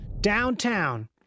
Downtown